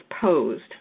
posed